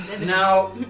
Now